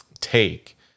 take